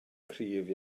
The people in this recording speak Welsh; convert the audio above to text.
cryf